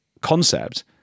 concept